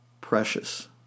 precious